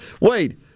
Wait